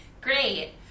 Great